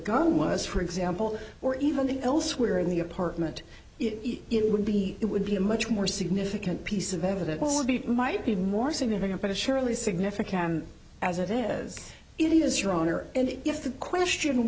gun was for example or even elsewhere in the apartment it would be it would be a much more significant piece of evidence would be might be more significant but surely significant as it is it is your honor and if the question